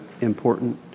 important